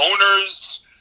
owners